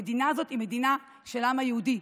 המדינה הזאת היא המדינה של העם היהודי,